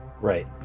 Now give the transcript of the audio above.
Right